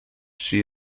she